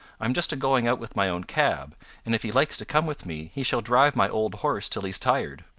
i'm just a-going out with my own cab, and if he likes to come with me, he shall drive my old horse till he's tired.